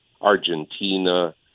Argentina